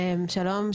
שלום,